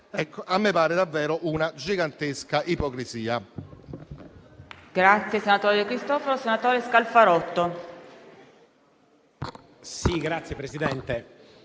A me pare davvero una gigantesca ipocrisia.